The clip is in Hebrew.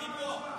הייתי פה.